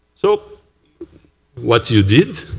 so what you did,